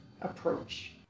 approach